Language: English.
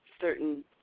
certain